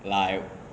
like